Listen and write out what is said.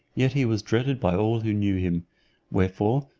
yet he was dreaded by all who knew him wherefore,